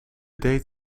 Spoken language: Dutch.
deed